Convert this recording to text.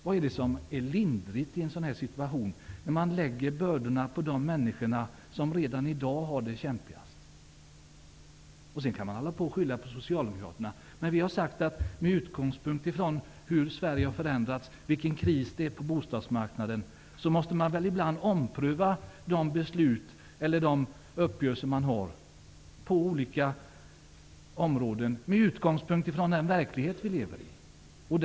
Vad är det som är lindrigt i en situation när man lägger bördorna på de människor som redan i dag har det svårast? Man kan hålla på och skylla på Socialdemokraterna. Men vi har sagt att man ibland, på olika områden och med utgångspunkt från hur Sverige har förändrats och krisen på bostadsmarknaden, måste ompröva de beslut man har fattat eller uppgörelser som man har träffat.